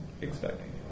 expecting